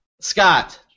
Scott